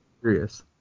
curious